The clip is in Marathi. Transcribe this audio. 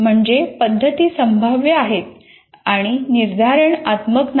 म्हणजे पद्धती संभाव्य आहेत आणि निर्धारण आत्मक नाहीत